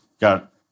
Got